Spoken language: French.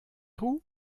roues